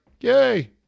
yay